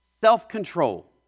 self-control